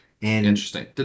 Interesting